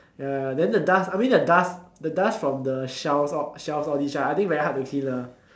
ya then the dust I mean the dust the dust from the shelves all shelves all these right I think very hard to clean lah